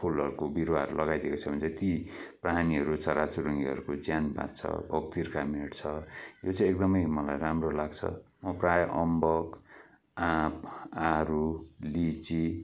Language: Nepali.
फुलहरूको बिरुवाहरू लगाइदिएको छ भने चाहिँ ती प्राणीहरू चरा चुरुङ्गीहरूको ज्यान बाँच्छ भोक तिर्खा मेट्छ यो चाहिँ एकदमै मलाई राम्रो लाग्छ म प्रायः अम्बक आँप आरु लिची